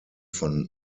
von